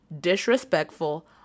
disrespectful